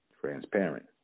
transparent